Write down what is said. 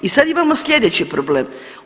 I sad imamo sljedeći problem.